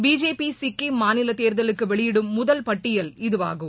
BJP Sikkim மாநில தேர்தலுக்கு வெளியிடும் முதல் பட்டியல் இதுவாகும்